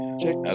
Check